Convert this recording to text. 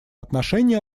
отношении